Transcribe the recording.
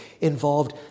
involved